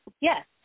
Yes